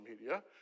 media